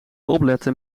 opletten